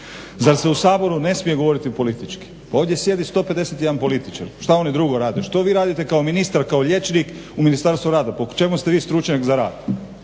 Zar se u Saboru ne smije govoriti politički? Pa ovdje sjedi 151 političar. Šta oni drugo rade, što vi radite kao ministar, kao liječnik u Ministarstvu rada, po čemu ste vi stručnjak za rad